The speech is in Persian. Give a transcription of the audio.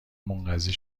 منقضی